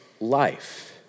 life